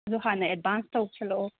ꯑꯗꯨ ꯍꯥꯟꯅ ꯑꯦꯗꯕꯥꯟꯁ ꯇꯧꯁꯤꯜꯂꯛꯑꯣ